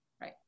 Right